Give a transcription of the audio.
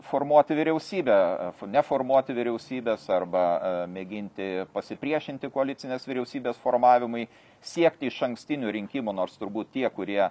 formuoti vyriausybę neformuoti vyriausybės arba a mėginti pasipriešinti koalicinės vyriausybės formavimui siekti išankstinių rinkimų nors turbūt tie kurie